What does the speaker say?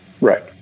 Right